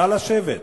נא לשבת.